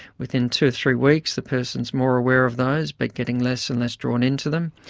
within two or three weeks the person is more aware of those but getting less and less drawn into them.